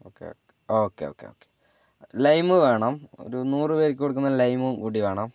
okay okay okay okay okay lime വേണം ഒരു നൂറ് പേർക്ക് കൊടുക്കുന്ന ലൈമും കൂടി വേണം